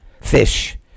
fish